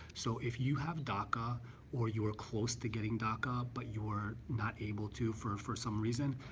so if you have daca or you were close to getting daca but you are not able to for for some reason,